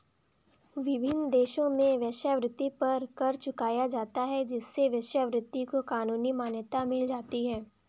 विभिन्न देशों में वेश्यावृत्ति पर कर चुकाया जाता है जिससे वेश्यावृत्ति को कानूनी मान्यता मिल जाती है